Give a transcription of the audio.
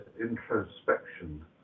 introspection